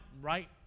right